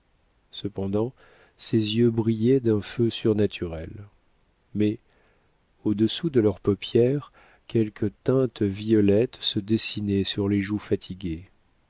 cependant ses yeux brillaient d'un feu surnaturel mais au-dessous de leurs paupières quelques teintes violettes se dessinaient sur les joues fatiguées